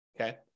okay